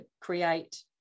create